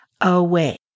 away